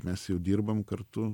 mes jau dirbam kartu